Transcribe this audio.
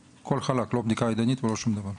הכול חלק, לא בדיקה ידנית ולא שום דבר.